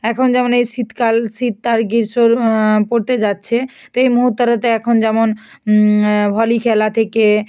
এখন যেমন এই শীতকাল শীত আর গ্রীষ্ম পড়তে যাচ্ছে তো এই মুহুর্তটাতে এখন যেমন ভলি খেলা থেকে